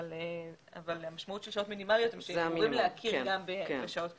אבל המשמעות של שעות מינימליות היא שהם אמורים להכיר גם בשעות כאלה.